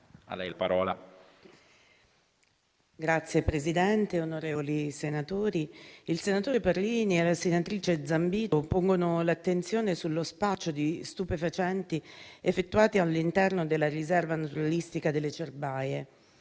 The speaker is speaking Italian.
Signor Presidente, onorevoli senatori, il senatore Parrini e la senatrice Zambito pongono l'attenzione sullo spaccio di stupefacenti effettuato all'interno della riserva naturalistica delle Cerbaie,